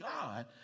God